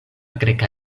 greka